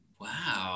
Wow